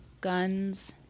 guns